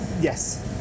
Yes